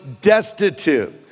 destitute